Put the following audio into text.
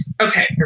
Okay